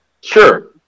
Sure